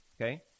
okay